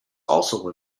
also